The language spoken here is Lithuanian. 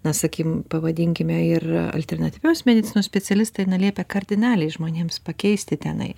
na sakykim pavadinkime ir alternatyvios medicinos specialistai na liepia kardinaliai žmonėms pakeisti tenai